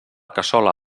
cassola